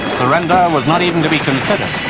surrender was not even to be considered,